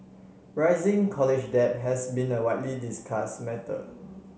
rising college debt has been a widely discuss matter